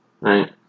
Right